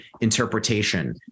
interpretation